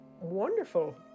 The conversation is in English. wonderful